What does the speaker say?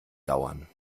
dauern